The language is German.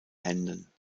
händen